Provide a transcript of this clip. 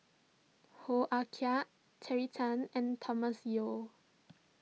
Hoo Ah Terry Tan and Thomas Yeo